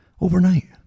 Overnight